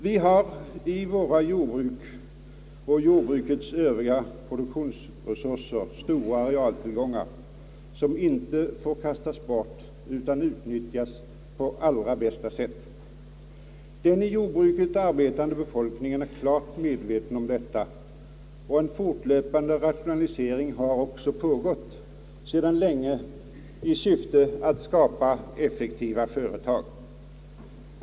Vi har i våra jordbruk och jordbrukets övriga produktionsresurser stora realtillgångar som inte får kastas bort utan som måste utnyttjas på allra bästa sätt. Den i jordbruket arbetande befolkningen är klart medveten om detta, och en fortlöpande rationalisering har också pågått sedan länge i syfte att skapa effektiva företag.